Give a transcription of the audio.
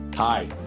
Hi